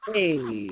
Hey